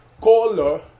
Color